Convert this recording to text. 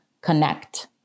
connect